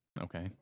Okay